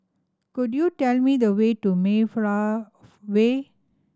could you tell me the way to Mayflower Way